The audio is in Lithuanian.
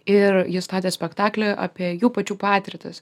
ir ji statė spektaklį apie jų pačių patirtis